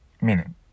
Meaning